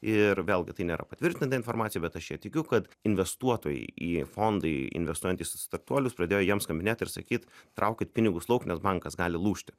ir vėlgi tai nėra patvirtinta informacija bet aš ja tikiu kad investuotojai į fondai investuojantys startuolius pradėjo jiem skambinėt ir sakyt traukit pinigus lauk nes bankas gali lūžti